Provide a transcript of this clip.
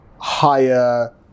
higher